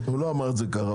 הוא לא אמר את זה ככה.